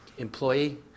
employee